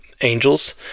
angels